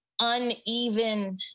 uneven